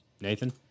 Nathan